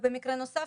ובמקרה נוסף,